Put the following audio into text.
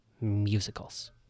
musicals